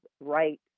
right